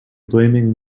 blaming